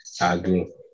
Agree